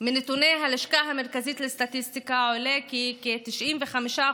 מנתוני הלשכה המרכזית לסטטיסטיקה עולה כי כ-95%